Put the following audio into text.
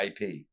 IP